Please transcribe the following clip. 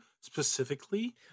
specifically